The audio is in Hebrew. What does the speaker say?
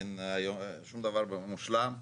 אין שום דבר מושלם.